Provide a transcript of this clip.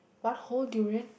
one whole durian